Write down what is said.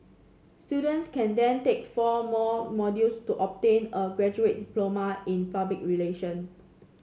students can then take four more modules to obtain a graduate diploma in public relation